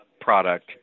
product